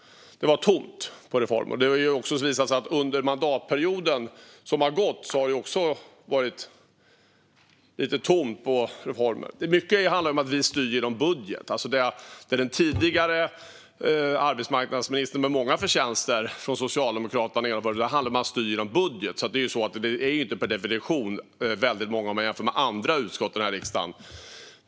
Det var tomt på reformer. Det har också visat sig att det under den mandatperiod som gått också har varit lite tomt på reformer. Mycket handlar om att vi styr genom budget, sa den tidigare arbetsmarknadsministern - med många förtjänster - från Socialdemokraterna. Det är inte per definition väldigt mycket om man jämför med andra utskott här i riksdagen.